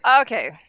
okay